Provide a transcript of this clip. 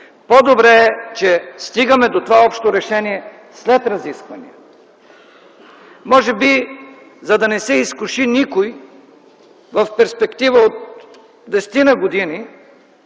По-добре е, че стигаме до това общо решение след разисквания, може би, за да не се изкуши никой в перспектива от десетина година